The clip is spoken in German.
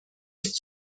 ist